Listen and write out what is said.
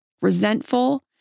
resentful